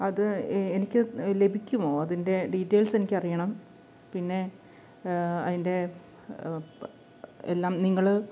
അത് എ എനിക്ക് ലഭിക്കുമോ അതിൻ്റെ ഡീറ്റെയിൽസെനിക്കറിയണം പിന്നെ അതിൻ്റെ എല്ലാം നിങ്ങള്